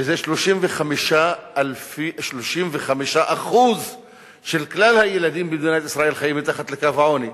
שזה 35% של כלל הילדים במדינת ישראל שחיים מתחת לקו העוני,